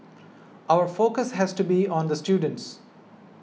our focus has to be on the students